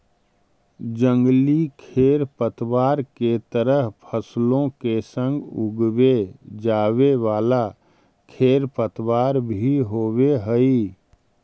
जंगली खेरपतवार के तरह फसलों के संग उगवे जावे वाला खेरपतवार भी होवे हई